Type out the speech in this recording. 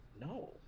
no